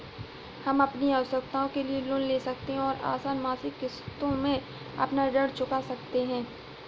हम अपनी आवश्कता के लिए लोन ले सकते है और आसन मासिक किश्तों में अपना ऋण चुका सकते है